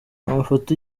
amafoto